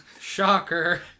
Shocker